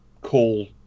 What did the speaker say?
call